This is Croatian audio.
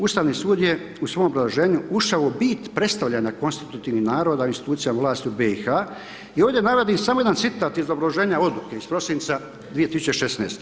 Ustavni sud je u svom obrazloženju ušao u bit predstavljanja konstitutivnih naroda, institucija vlasti u BiH i ovdje navodi samo jedan citat iz obrazloženja odluke iz prosinca 2016.